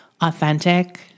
authentic